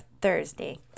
Thursday